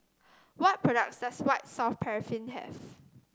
what products does White Soft Paraffin have